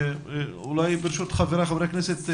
ברשות חבריי חברי הכנסת,